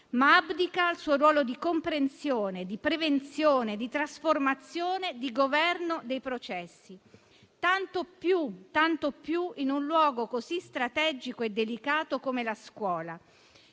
ma abdica al suo ruolo di comprensione, di prevenzione, di trasformazione e di governo dei processi. Tanto più in un luogo così strategico e delicato come la scuola,